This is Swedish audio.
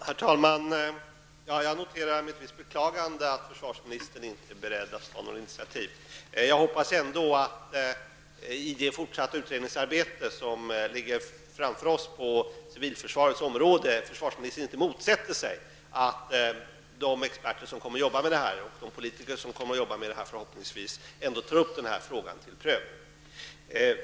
Herr talman! Jag noterar med ett visst beklagande att försvarsministern inte är beredd att ta något initiativ. Jag hoppas ändå att försvarsministern i det utredningsarbete som ligger framför oss på civilförsvarets område inte motsätter sig att de experter och förhoppningsvis politiker som kommer att arbeta med saken tar upp frågan till prövning.